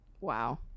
Wow